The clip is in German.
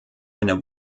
einer